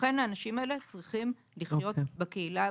לכן האנשים האלה צריכים לחיות בקהילה,